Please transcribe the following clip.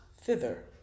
thither